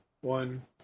one